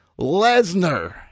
Lesnar